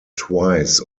twice